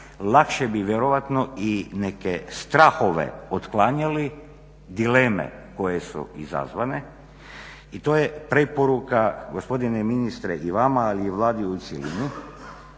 lakše bi vjerojatno i neke strahove otklanjali, dileme koje su izazvane. I to je preporuka gospodine ministre i vama ali i Vladi u cjelini